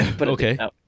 Okay